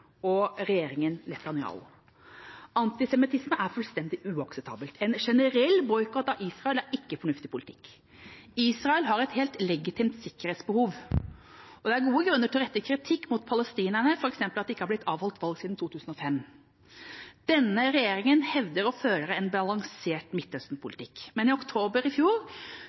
og regjeringen Netanyahu. Antisemittisme er fullstendig uakseptabelt. En generell boikott av Israel er ikke fornuftig politikk. Israel har et helt legitimt sikkerhetsbehov. Og det er gode grunner til å rette kritikk mot palestinerne, f.eks. for at det ikke har blitt avholdt valg siden 2005. Denne regjeringa hevder å føre en balansert Midtøsten-politikk. Men i oktober i fjor